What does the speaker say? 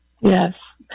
yes